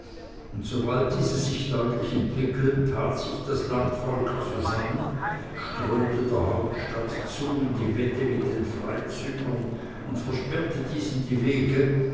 und sobald diese sich deutlich entwickelt tat sich das landvolk zusammen strömte der hauptstadt zu in die wette mit den freizügern und versperrte diesen die wege